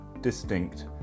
distinct